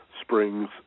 springs